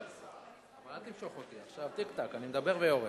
אל תמשוך אותי, עכשיו טיק-טק, אני מדבר ויורד.